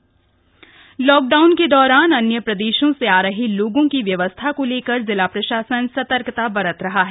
quarantine Udham Singh Nagar lockdown के दौरान अन्य प्रदेशों से आ रहे लोगों की व्यवस्था को लेकर जिला प्रशासन सतर्कता बरत रहा है